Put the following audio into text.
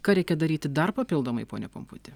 ką reikia daryti dar papildomai pone pumputi